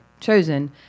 chosen